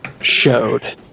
showed